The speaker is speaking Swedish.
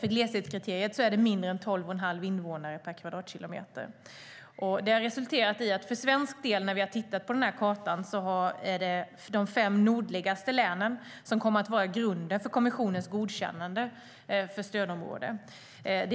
För gleshetskriteriet är det mindre än 12 1⁄2 invånare per kvadratkilometer som gäller. Det har för svensk del när vi har tittat på kartan resulterat i att det är de fem nordligaste länen som kommer att vara grunden för kommissionens godkännande av stödområde.